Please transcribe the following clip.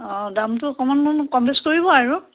অঁ দামটো অকণমান কম বেছ কৰিব আৰু